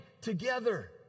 together